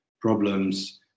problems